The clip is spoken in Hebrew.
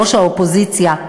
ראש האופוזיציה,